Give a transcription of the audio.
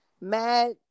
mad